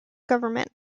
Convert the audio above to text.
government